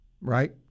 Right